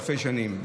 אלפי שנים.